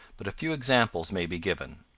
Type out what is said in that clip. but a few examples may be given.